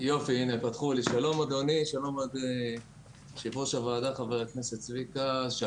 שלום ליושב ראש הוועדה צביקה פוגל.